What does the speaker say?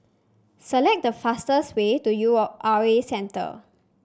select the fastest way to U O R A Centre